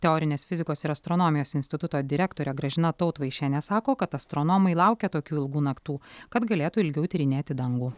teorinės fizikos ir astronomijos instituto direktorė gražina tautvaišienė sako kad astronomai laukia tokių ilgų naktų kad galėtų ilgiau tyrinėti dangų